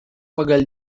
pagal